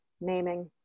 naming